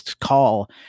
call